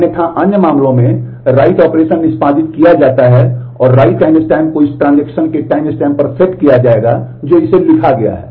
अन्यथा अन्य मामलों में राइट के टाइमस्टैम्प पर सेट किया जाएगा जो इसे लिखा गया है